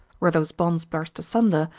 were those bonds burst asunder,